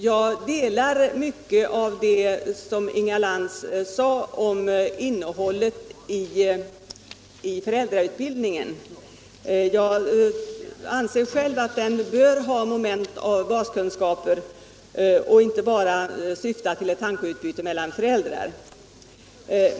Jag instämmer i mycket av vad Inga Lantz sade om innehållet i föräldrautbildningen. Själv anser jag att den bör ha moment av baskunskaper och inte bara syfta till ett tankeutbyte mellan föräldrar.